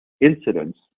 incidents